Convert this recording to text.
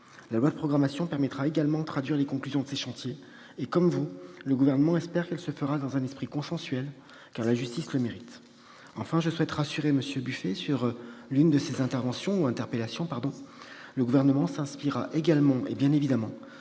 La loi de programmation permettra aussi de traduire les conclusions de ces chantiers. Comme vous, le Gouvernement espère qu'elle se fera dans un esprit consensuel, car la justice le mérite. Enfin, je souhaite rassurer M. Buffet sur l'une de ses interrogations : le Gouvernement s'inspirera également des réflexions